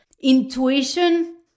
Intuition